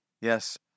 Yes